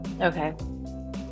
Okay